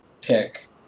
pick